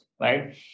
right